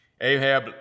Ahab